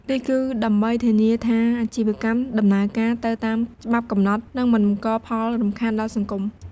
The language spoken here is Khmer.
នេះគឺដើម្បីធានាថាអាជីវកម្មដំណើរការទៅតាមច្បាប់កំណត់ និងមិនបង្កផលរំខានដល់សង្គម។